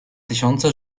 tysiące